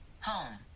home